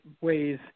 ways